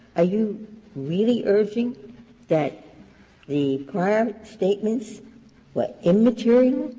ah you really urging that the prior statements were immaterial?